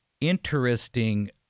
interesting